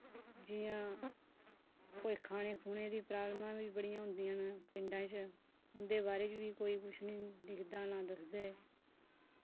जियां कोई खाने खूने दी प्राब्लमां वी बड़ियां होंदियां न पिंडां च उंदे बारे च वी कोई कुछ निं लिखदे ना दसदे